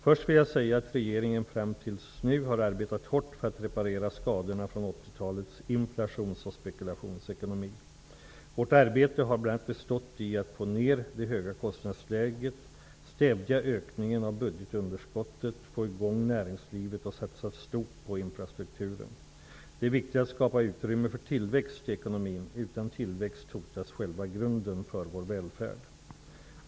Först vill jag säga att regeringen fram till nu har arbetat hårt för att reparera skadorna från 80-talets inflations och spekulationsekonomi. Vårt arbete har bl.a. bestått i att få ner det höga kostnadsläget, stävja ökningen av budgetunderskottet, få i gång näringslivet och satsa stort på infrastrukturen. Det är viktigt att skapa utrymme för tillväxt i ekonomin. Utan tillväxt hotas själva grunden för vår välfärd.